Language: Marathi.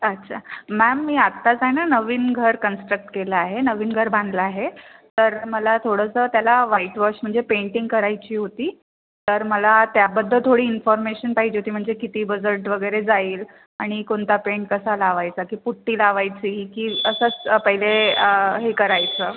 अच्छा मॅम मी आत्ताच आहे ना नवीन घर कन्स्ट्रक्ट केला आहे नवीन घर बांधलं आहे तर मला थोडंसं त्याला वाईट वॉश म्हणजे पेंटिंग करायची होती तर मला त्याबद्दल थोडी इन्फॉर्मेशन पाहिजे होती म्हणजे किती बजल्ट वगैरे जाईल आणि कोणता पेंट कसा लावायचा की पुट्टी लावायची की असंच पहिले हे करायचं